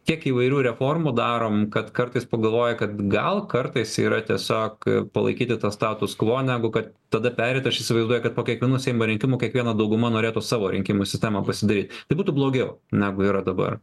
tiek įvairių reformų darom kad kartais pagalvoji kad gal kartais yra tiesiog palaikyti tą status kvo negu kad tada pereit aš įsivaizduoju kad po kiekvienų seimo rinkimų kiekviena dauguma norėtų savo rinkimų sistemą pasidaryt tai būtų blogiau negu yra dabar